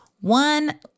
one